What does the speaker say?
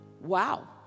wow